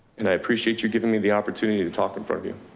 and i appreciate you giving me the opportunity to talk in front of you.